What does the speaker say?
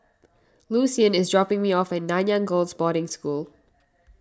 Lucian is dropping me off at Nanyang Girls' Boarding School